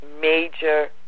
major